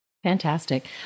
Fantastic